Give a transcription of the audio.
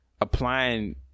applying